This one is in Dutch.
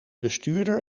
bestuurder